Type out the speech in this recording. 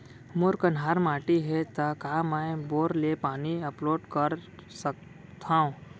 मोर कन्हार माटी हे, त का मैं बोर ले पानी अपलोड सकथव?